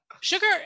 Sugar